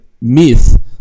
myth